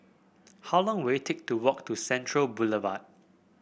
how long will it take to walk to Central Boulevard